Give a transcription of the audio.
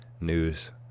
News